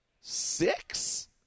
six